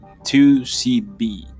2CB